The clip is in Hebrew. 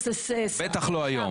בטח לא היום.